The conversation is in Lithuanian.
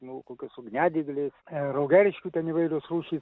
nu kokius ugniadyglės raugeriškių ten įvairios rūšys